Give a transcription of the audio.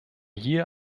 hier